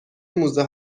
موزه